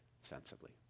sensibly